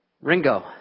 Ringo